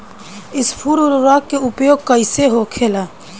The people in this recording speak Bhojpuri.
स्फुर उर्वरक के उपयोग कईसे होखेला?